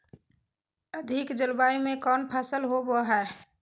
अधिक जलवायु में कौन फसल होबो है?